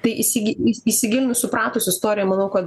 tai įsi įsigilinus supratus istoriją manau kad